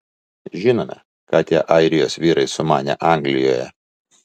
žinome ką tie airijos vyrai sumanė anglijoje